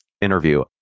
interview